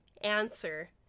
answer